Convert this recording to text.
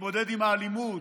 תתמודד עם האלימות,